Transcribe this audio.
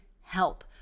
help